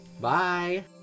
Bye